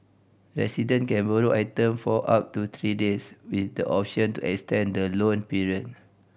resident can borrow item for up to three days with the option to extend the loan period